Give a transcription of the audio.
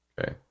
okay